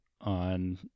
on